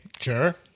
Sure